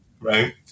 right